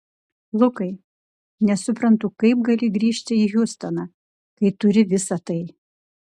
lukai nesuprantu kaip gali grįžti į hjustoną kai turi visa tai